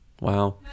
Wow